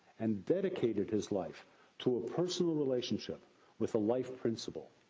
and dedicated his life to a personal relationship with the life principle.